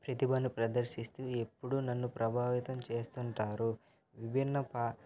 ప్రతిభను ప్రదర్శిస్తూ ఎప్పుడూ నన్ను ప్రభావితం చేస్తుంటారు విభిన్న పా